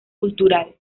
cultural